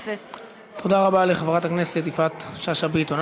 תודה רבה לחברת הכנסת יפעת שאשא ביטון.